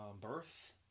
birth